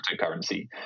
cryptocurrency